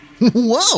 Whoa